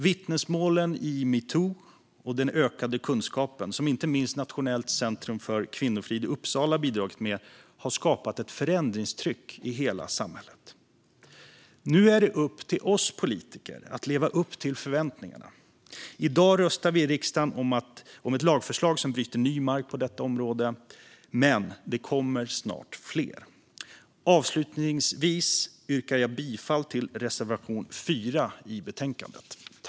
Vittnesmålen under metoo och den ökade kunskapen, som inte minst Nationellt centrum för kvinnofrid i Uppsala har bidragit med, har skapat ett förändringstryck i hela samhället. Nu är det upp till oss politiker att leva upp till förväntningarna. I dag röstar vi i riksdagen om ett lagförslag som bryter ny mark på detta område, men det kommer snart fler. Avslutningsvis yrkar jag bifall till reservation 4 i betänkandet.